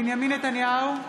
בנימין נתניהו,